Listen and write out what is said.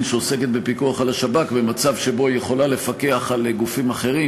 שעוסקת בפיקוח על השב"כ במצב שבו היא יכולה לפקח על גופים אחרים,